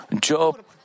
Job